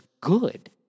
good